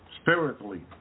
Spiritually